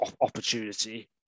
opportunity